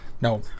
No